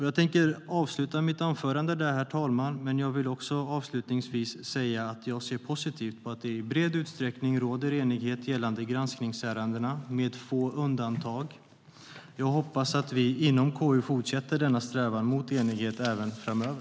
Jag vill avsluta mitt anförande, herr talman, med att säga att jag ser positivt på att det i bred utsträckning råder enighet gällande granskningsärendena med få undantag. Jag hoppas att vi inom KU fortsätter denna strävan mot enighet även framöver.